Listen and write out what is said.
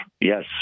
yes